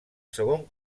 segon